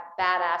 badass